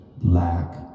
lack